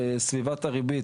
בסביבת הריבית,